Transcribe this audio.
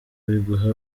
biguha